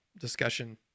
discussion